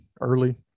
early